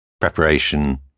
preparation